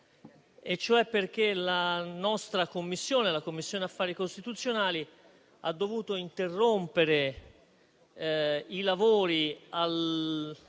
la Commissione affari costituzionali, ha dovuto interrompere i lavori allo